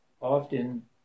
often